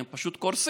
כי הם פשוט קורסים.